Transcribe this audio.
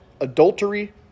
adultery